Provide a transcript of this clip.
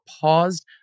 paused